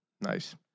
Nice